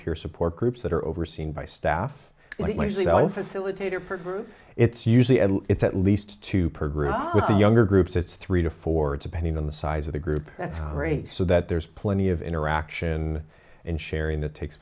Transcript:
peer support groups that are overseen by staff facilitator for groups it's usually it's at least two per group with the younger groups it's three to four depending on the size of the group rate so that there's plenty of interaction and sharing that takes